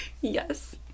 Yes